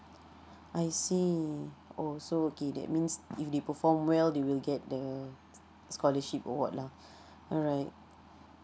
I see oh so okay that means if they perform well they will get the scholarship award lah alright